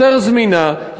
יותר זמינה,